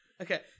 Okay